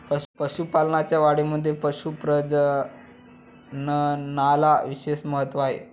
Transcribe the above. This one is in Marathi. पशुपालनाच्या वाढीमध्ये पशु प्रजननाला विशेष महत्त्व आहे